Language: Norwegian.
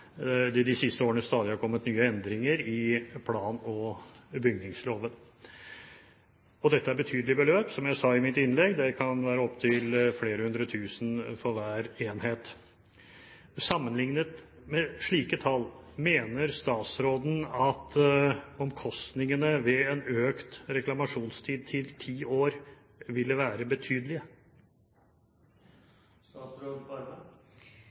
at det de siste årene stadig har kommet endringer i plan- og bygningsloven. Dette er betydelige beløp, som jeg sa i mitt innlegg. Det kan være opptil flere hundre tusen for hver enhet. Sammenlignet med slike tall, mener statsråden at omkostningene ved en økt reklamasjonstid til ti år vil være